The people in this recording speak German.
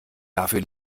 dafür